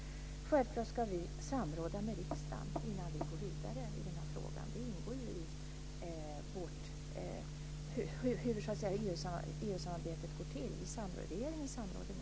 Självklart ska vi samråda med riksdagen innan vi går vidare i denna fråga. Det ingår ju i EU